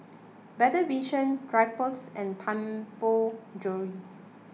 Better Vision Drypers and Tianpo Jewellery